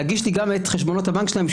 להגיש לי גם את חשבונות הבנק שלהם,